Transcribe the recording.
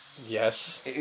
Yes